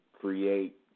create